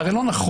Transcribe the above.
זה הרי לא נכון,